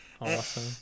Awesome